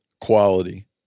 quality